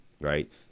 right